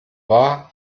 war